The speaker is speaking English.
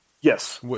Yes